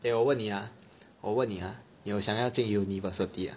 eh 我问你啊我问你啊你有想要进 university ah